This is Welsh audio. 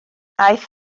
aeth